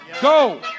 Go